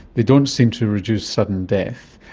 they don't seem to reduce sudden death.